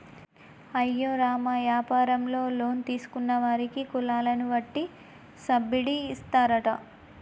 అయ్యో రామ యాపారంలో లోన్ తీసుకున్న వారికి కులాలను వట్టి సబ్బిడి ఇస్తారట